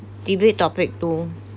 debate topic two